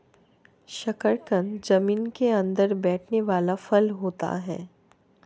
शकरकंद जमीन के अंदर बैठने वाला फल होता है